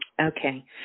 Okay